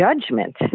judgment